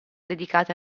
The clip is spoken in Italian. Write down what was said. dedicati